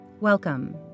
Welcome